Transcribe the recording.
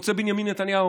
רוצה בנימין נתניהו,